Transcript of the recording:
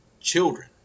children